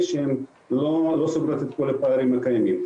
שהן לא סוגרות את כל הפערים הקיימים.